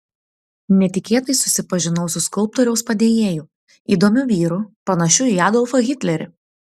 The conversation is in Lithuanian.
netikėtai susipažinau su skulptoriaus padėjėju įdomiu vyru panašiu į adolfą hitlerį